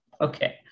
Okay